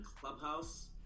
clubhouse